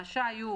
רשאי הוא,